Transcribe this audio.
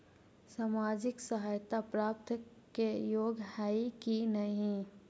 सामाजिक सहायता प्राप्त के योग्य हई कि नहीं?